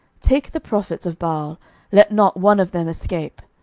take the prophets of baal let not one of them escape.